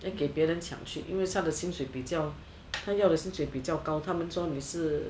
要给别人抢去因为他的薪水比较他要的薪水比较高他们说你是